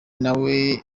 nawe